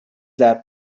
that